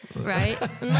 right